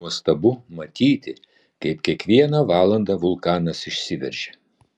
nuostabu matyti kaip kiekvieną valandą vulkanas išsiveržia